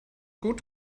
gut